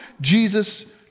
Jesus